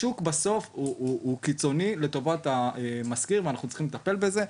השוק בסוף הוא קיצוני לטובת המשכיר ואנחנו צריכים לטפל בזה.